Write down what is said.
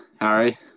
Harry